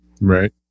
Right